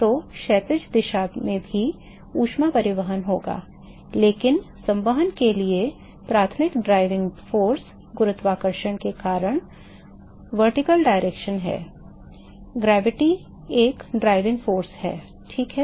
तो क्षैतिज दिशा में भी ऊष्मा परिवहन होगा लेकिन संवहन के लिए प्राथमिक ड्राइविंग बल गुरुत्वाकर्षण के कारण ऊर्ध्वाधर दिशा है गुरुत्वाकर्षण एक प्रेरक शक्ति है ठीक है